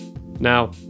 now